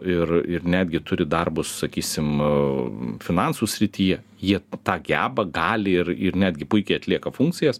ir ir netgi turi darbus sakysim finansų srityje jie tą geba gali ir ir netgi puikiai atlieka funkcijas